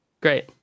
great